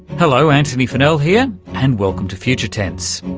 hello, antony funnell here and welcome to future tense.